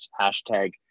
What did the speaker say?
hashtag